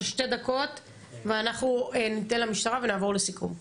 שתי דקות ואנחנו ניתן למשטרה ונעבור לסיכום.